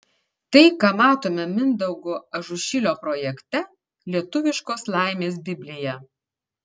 tai ką matome mindaugo ažušilio projekte lietuviškos laimės biblija